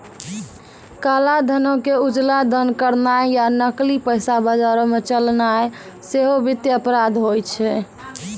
काला धनो के उजला धन करनाय या नकली पैसा बजारो मे चलैनाय सेहो वित्तीय अपराध होय छै